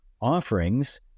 offerings